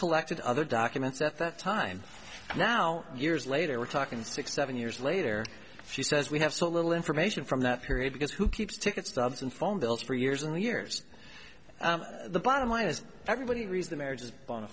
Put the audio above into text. collected other documents at that time now years later we're talking six seven years later she says we have so little information from that period because who keeps ticket stubs and phone bills for years and years the bottom line is everybody agrees the marriage is bona